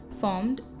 formed